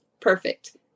perfect